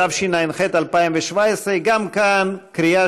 התשע"ח 2017, נתקבל.